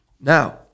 Now